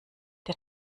der